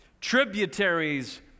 tributaries